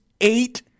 eight